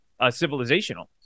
civilizational